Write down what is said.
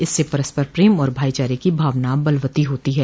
इससे परस्पर प्रेम और भाईचारे की भावना बलवती होती है